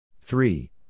Three